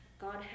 God